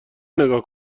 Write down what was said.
نگاه